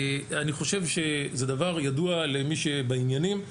אני חושב שזה דבר ידוע למי שבעניינים,